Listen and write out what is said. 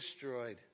destroyed